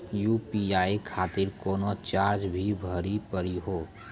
UPI खातिर कोनो charge भी भरी पड़ी हो?